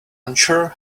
unsure